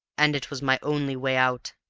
and it was my only way out.